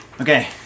Okay